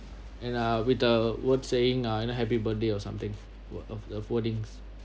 and uh with the word saying uh you know happy birthday or something of the wordings